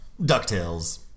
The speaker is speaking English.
DuckTales